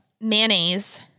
mayonnaise